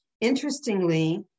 interestingly